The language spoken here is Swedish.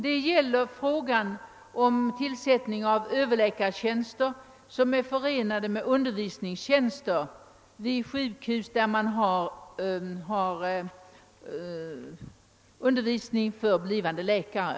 Den gäller frågan om tillsättning av Ööverläkartjänster som är förenade med undervisningstjänster vid sjukhus där man har undervisning för blivande läkare.